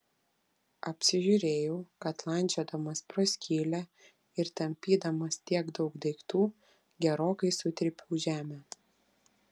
apsižiūrėjau kad landžiodamas pro skylę ir tampydamas tiek daug daiktų gerokai sutrypiau žemę